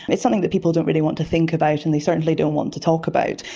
it's something that people don't really want to think about and they certainly don't want to talk about,